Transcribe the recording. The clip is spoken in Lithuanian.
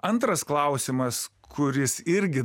antras klausimas kuris irgi